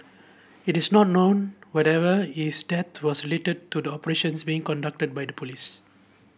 it is not known whatever is death was lated to the operations being conducted by the police